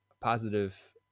positive